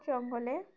জঙ্গলে